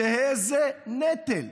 שאיזה נטל?